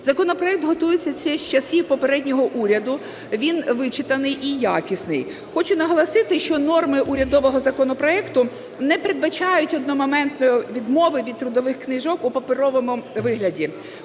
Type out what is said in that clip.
Законопроект готується ще з часів попереднього уряду, він вичитаний і якісний. Хочу наголосити, що норми урядового законопроекту не передбачають одномоментної відмови від трудових книжок у паперовому вигляді